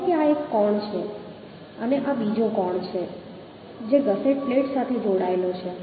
કહો કે આ એક કોણ છે અને આ બીજો કોણ છે જે ગસેટ પ્લેટ સાથે જોડાઈ રહ્યો છે